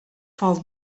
for